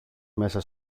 μέσα